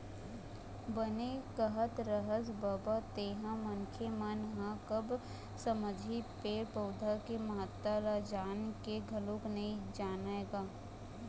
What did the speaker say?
बने कहत हस बबा तेंहा मनखे मन ह कब समझही पेड़ पउधा के महत्ता ल जान के घलोक नइ जानय गा